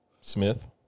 Smith